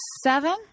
seven